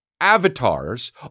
avatars